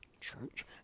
church